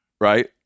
right